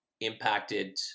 impacted